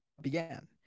began